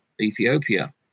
Ethiopia